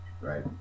right